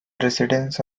residence